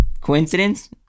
Coincidence